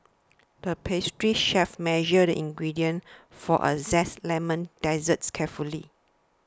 the pastry chef measured the ingredients for a Zesty Lemon Dessert carefully